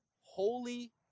holy